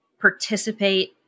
participate